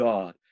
God